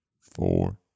four